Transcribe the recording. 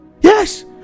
Yes